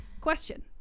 question